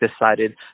decided